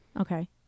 Okay